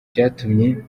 byatumye